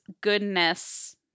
goodness